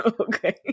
Okay